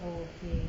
okay